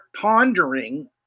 pondering